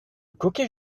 coquet